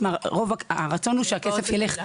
הרצון הוא שהכסף יופנה